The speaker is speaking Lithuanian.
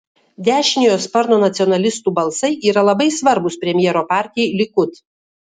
dešiniojo sparno nacionalistų balsai yra labai svarbūs premjero partijai likud